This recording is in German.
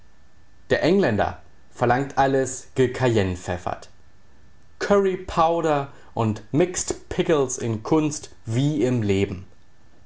der engländer verlangt alles gecayennepfeffert curry powder und mixed pickles in kunst wie im leben